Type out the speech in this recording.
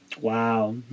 Wow